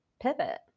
Pivot